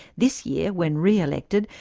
this year, when re-elected,